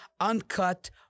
uncut